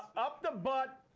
up the butt,